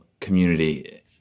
community